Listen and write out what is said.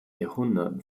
jahrhunderten